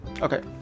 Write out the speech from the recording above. okay